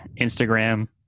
Instagram